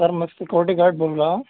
سر میں security guard بول رہا ہوں